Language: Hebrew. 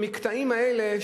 זה מגביר את המודעות.